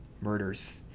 Murders